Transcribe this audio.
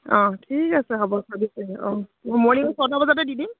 অঁ ঠিক আছে হ'ব ছাব্বিছ তাৰিখে অঁ ম মৰ্ণি ছটা বজাতে দি দিম